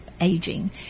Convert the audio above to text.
aging